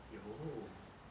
有